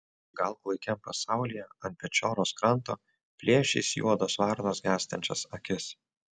gal klaikiam pasaulyje ant pečioros kranto plėšys juodos varnos gęstančias akis